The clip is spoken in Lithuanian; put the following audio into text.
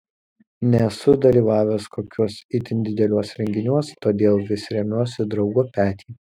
nesu dalyvavęs kokiuos itin dideliuos renginiuos todėl vis remiuos į draugo petį